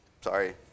sorry